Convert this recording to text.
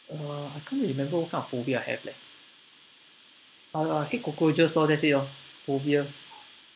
uh I can't remember what kind of phobia I have leh uh I hate cockroaches lor that's it lor phobia